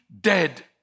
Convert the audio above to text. dead